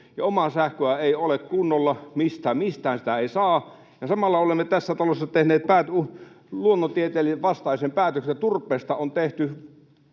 omaa sähköä ei ole kunnolla — mistään sitä ei saa — ja samalla olemme tässä talossa tehneet luonnontieteen vastaisen päätöksen, turpeesta on tehty